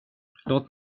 låt